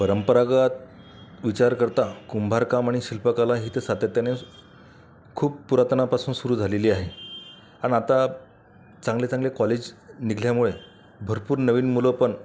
परंपरागत विचार करता कुंभारकाम आणि शिल्पकला ही तर सातत्याने खूप पुरातनापासून सुरु झालेली आहे अन आता चांगले चांगले कॉलेज निघल्यामुळे भरपूर नवीन मुलं पण